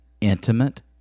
intimate